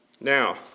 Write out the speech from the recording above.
Now